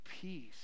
peace